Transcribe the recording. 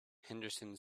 henderson